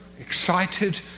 excited